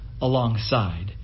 alongside